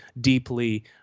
deeply